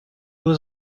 was